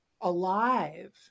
alive